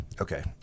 Okay